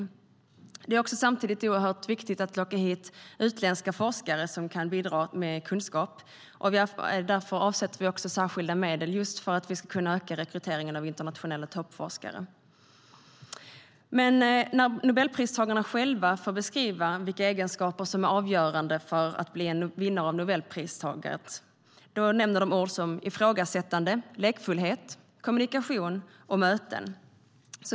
Samtidigt är det oerhört viktigt att Sverige kan locka hit utländska forskare som kan bidra med kunskap, och vi avsätter därför särskilda medel för att kunna öka rekryteringen av internationella toppforskare. När Nobelpristagarna själva får beskriva vilka egenskaper som är avgörande för att bli en vinnare av Nobelpriset nämner de ord som ifrågasättande och lekfullhet, kommunikation och möten.